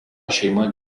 šeima